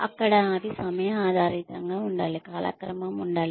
అక్కడ అవి సమయ ఆధారితంగా ఉండాలి కాలక్రమం ఉండాలి